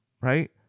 Right